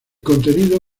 contenido